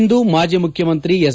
ಇಂದು ಮಾಜಿ ಮುಖ್ಯಮಂತ್ರಿ ಎಸ್